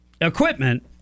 equipment